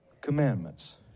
commandments